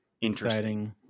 interesting